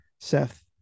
Seth